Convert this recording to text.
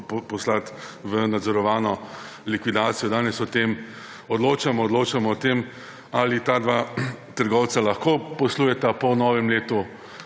poslati v nadzorovano likvidacijo. Danes o tem odločamo. Odločamo o tem, ali ta dva trgovca lahko poslujeta po novem letu